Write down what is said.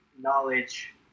knowledge